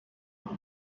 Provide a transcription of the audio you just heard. برای